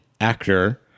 actor